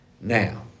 Now